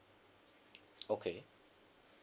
okay